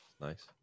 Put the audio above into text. Nice